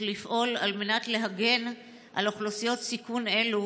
לפעול על מנת להגן על אוכלוסיות סיכון אלו,